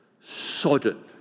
sodden